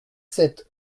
sept